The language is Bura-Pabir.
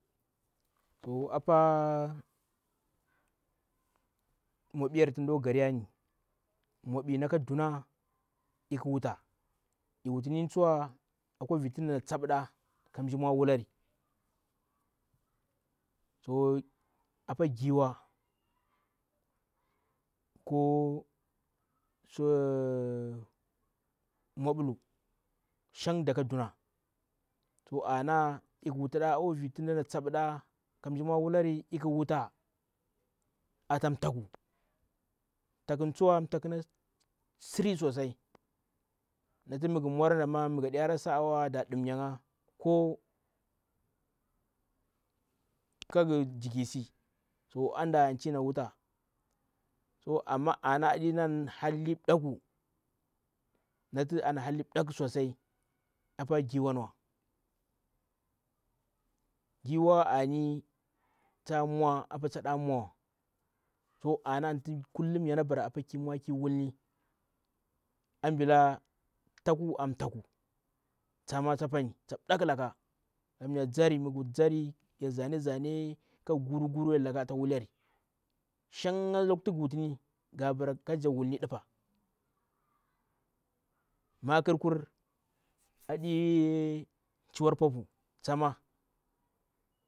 apaa mwabiyare tundou gariyani. Mwabi naka dunaa ikhiwuta ihiwutinini tsuwa akwa viti mdana tsapna ti mwa wulari toa apa giwa, ko mwambulu shan daka dunaa. To ana ikhiwuti ɗa akwa latu mdana tsapbna mmisji mwa wulari ikhiwuta atan thakkuwu talhkwuni tsuwa taihkwuna sirri sosai nati mighu mwar anda ma mighaɗi hara sa'a wa da ndibmya nga. Ko kaghi dikizdi. So anda anti wuta so amma ana aɗi na ana hanli mbdahkwu, nati ana halli mbdakhwu sosai apa giwani wa. Giwa ani ta mwa apa taɗa mwamiwə ana anti kullum yana bara apaa kimwa wulmi anbilaa, taku amtakwu tama ta mbdakwu laka mighi wuti ndzari. Zane zane shanga lakutighi wutini, gabara karajak wutini ɗupa. Makikir anii, chiwar popuu tsama.